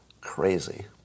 crazy